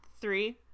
three